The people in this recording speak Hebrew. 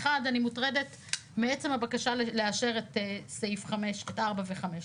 אני מוטרדת מעצם הבקשה לאשר את סעיף 4 ו-5.